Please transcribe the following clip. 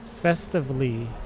Festively